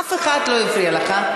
אף אחד לא הפריע לך.